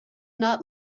not